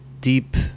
deep